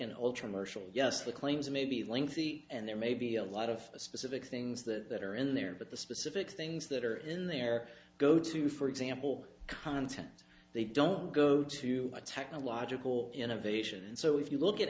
an ultra mercial yes the claims may be lengthy and there may be a lot of specific things that are in there but the specific things that are in there go to for example content they don't go to a technological innovation and so if you look at